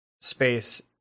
space